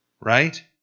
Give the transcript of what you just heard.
Right